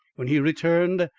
when he returned,